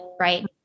right